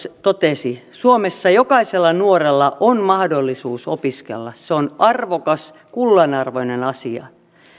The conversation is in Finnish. totesi suomessa jokaisella nuorella on mahdollisuus opiskella se on arvokas kullanarvoinen asia